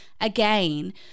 Again